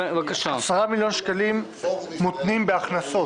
10 מיליון שקלים מותנים בהכנסות.